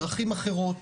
דרכים אחרות,